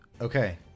Okay